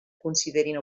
considerin